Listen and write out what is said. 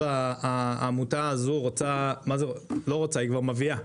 העמותה היא כבר מביאה.